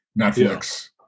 Netflix